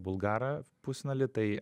bulgarą pusfinaly tai